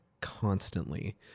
constantly